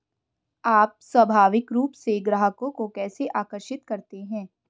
आप स्वाभाविक रूप से ग्राहकों को कैसे आकर्षित करते हैं?